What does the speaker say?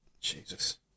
Jesus